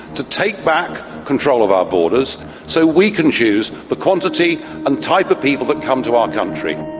to take back control of our borders so we can choose the quantity and type of people that come to our country.